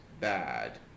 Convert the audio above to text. bad